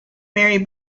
mary